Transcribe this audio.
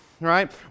right